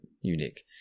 unique